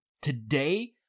Today